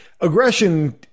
aggression